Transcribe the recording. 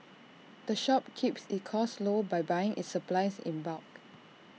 the shop keeps its costs low by buying its supplies in bulk